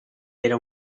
era